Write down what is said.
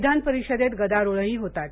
विधानपरिषदेत गदारोळही होताच